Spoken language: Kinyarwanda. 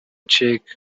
czech